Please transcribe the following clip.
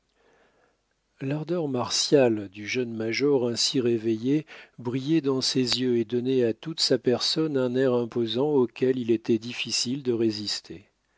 l'ardeur martiale du jeune major ainsi réveillée brillait dans ses yeux et donnait à toute sa personne un air imposant auquel il était difficile de résister